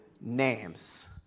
names